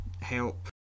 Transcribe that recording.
help